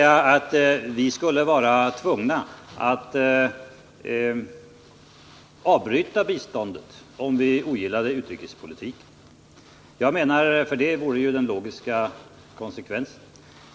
Han menar att vi skulle vara tvungna att avbryta biståndet om vi ogillade utrikespolitiken — det vore den logiska konsekvensen.